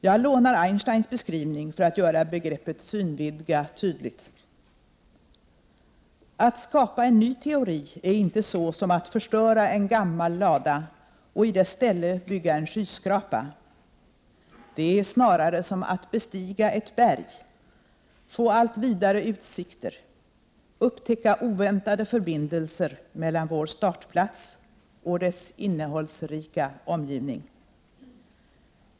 Jag lånar Einsteins beskrivning för att göra begreppet synvidga tydligt: Att skapa en ny teori är inte så som att förstöra en gammal lada och i dess ställe bygga en skyskrapa. Det är snarare som att bestiga ett berg, få allt vidare utsikter, upptäcka oväntade förbindelser mellan vår startplats och dess innehållsrika omgivning.